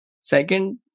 Second